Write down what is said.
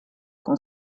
con